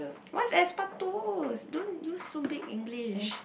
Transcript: what's asbestos don't use so big English